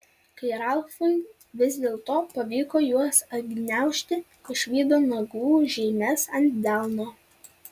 kai ralfui vis dėlto pavyko juos atgniaužti išvydo nagų žymes ant delno